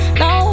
no